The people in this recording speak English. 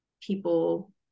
people